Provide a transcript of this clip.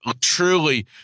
Truly